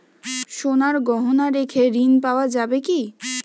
সোনার গহনা রেখে ঋণ পাওয়া যাবে কি?